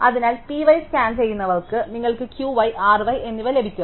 അതിനാൽ P y scan ചെയ്യുന്നവർക്ക് നിങ്ങൾക്ക് Q y R y എന്നിവ ലഭിക്കും